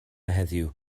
heddiw